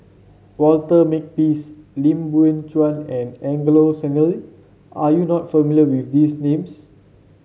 Walter Makepeace Lim Biow Chuan and Angelo Sanelli are you not familiar with these names